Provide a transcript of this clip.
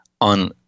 on